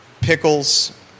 pickles